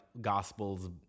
gospel's